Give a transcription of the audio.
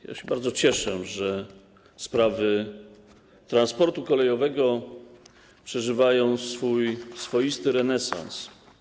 Ja się bardzo cieszę, że sprawy transportu kolejowego przeżywają swoisty renesans.